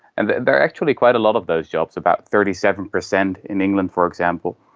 and there are actually quite a lot of those jobs, about thirty seven percent in england for example.